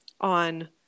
on